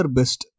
best